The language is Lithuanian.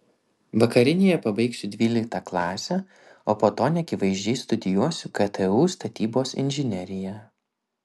vakarinėje pabaigsiu dvyliktą klasę o po to neakivaizdžiai studijuosiu ktu statybos inžineriją